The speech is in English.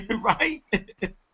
right